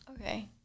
Okay